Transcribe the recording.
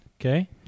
Okay